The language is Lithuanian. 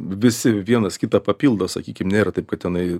visi vienas kitą papildo sakykim nėra taip kad tenai